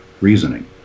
reasoning